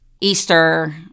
Easter